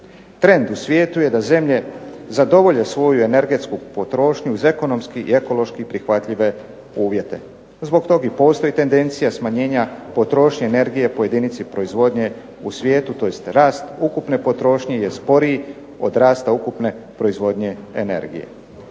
u svijetu je da zemlje zadovolje svoju energetsku potrošnju iz ekonomski i ekološki prihvatljive uvjete. Zbog tog i postoji tendencija smanjenja potrošnje energije po jedinici proizvodnje u svijetu tj. rast ukupne potrošnje je sporiji od rasta ukupne proizvodnje energije.